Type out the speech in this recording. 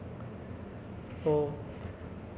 like uh just a milk tea lah I think